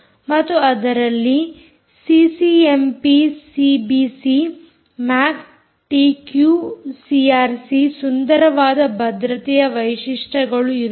ಮತ್ತು ಅದರಲ್ಲಿ CCMP CBC MAC TQ CRC ಸುಂದರವಾದ ಭದ್ರತೆಯ ವೈಶಿಷ್ಟಗಳು ಇರುತ್ತವೆ